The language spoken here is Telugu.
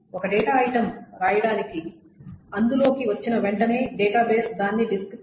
ఒక డేటా ఐటమ్ వ్రాయటానికి అందుబాటులోకి వచ్చిన వెంటనే డేటాబేస్ దాన్ని డిస్క్కి వ్రాయదు